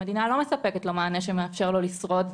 המדינה לא מספקת לו מענה שמאפשר לו לשרוד,